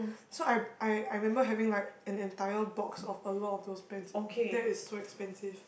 so I I I remember having like an entire box of a lot of those pens that is so expensive